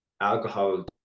alcohol